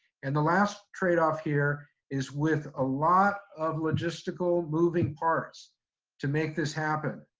and the last trade off here is with a lot of logistical moving parts to make this happen.